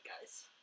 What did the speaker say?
guys